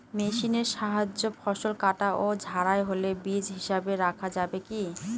মেশিনের সাহায্যে ফসল কাটা ও ঝাড়াই হলে বীজ হিসাবে রাখা যাবে কি?